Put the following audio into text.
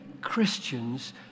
Christians